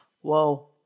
Whoa